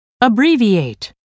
abbreviate